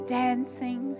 dancing